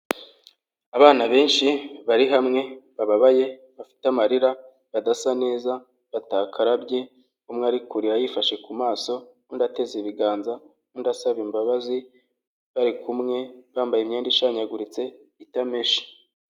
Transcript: Abana benshi, bari hamwe, bababaye, bafite amarira, badasa neza, batakarabye, umwe ari kurira yifashe ku maso, undi ateze ibiganza, undi asaba imbabazi, bari kumwe, bambaye imyenda ishyaguritse, itameshe.